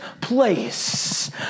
place